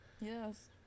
Yes